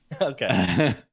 Okay